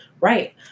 Right